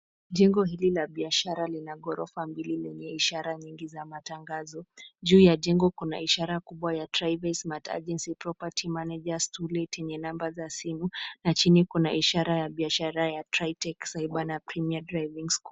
Jengo hili la biashara lina ghorofa mbili lenye ishara nyingi za matangazo. Juu ya jengo kuna ishara kubwa ya Trives Smart Agency Property managers To-let yenye namba za simu na chini kuna ishara ya biashara ya Tritech Cyber na Premier Driving School.